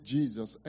Jesus